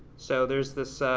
so there's this.